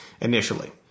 initially